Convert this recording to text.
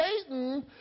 Satan